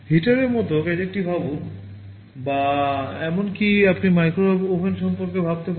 হিটারের মতো গ্যাজেটটি ভাবুন বা এমনকি আপনি মাইক্রোওয়েভ ওভেন সম্পর্কে ভাবতে পারেন